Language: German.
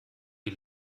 die